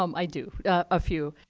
um i do, a few.